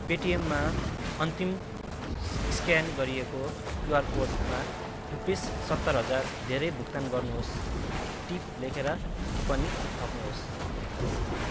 पेटिएममा अन्तिम स्क्यान गरिएको क्युआर कोडमा रुपिस सत्तर हजार धेरै भुक्तान गर्नुहोस् टिप लेखेर टिप्पणी थप्नुहोस्